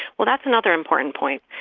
well, that's another important point.